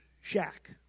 shack